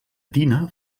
dina